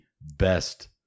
best